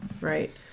Right